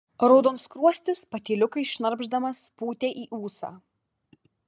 raudonskruostis patyliukais šnarpšdamas pūtė į ūsą